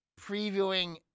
previewing